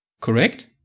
correct